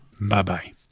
Bye-bye